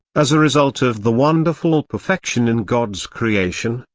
as a result of the wonderful perfection in god's creation,